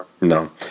No